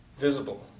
visible